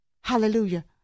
Hallelujah